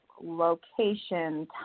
location